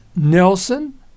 nelson